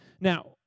Now